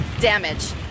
damage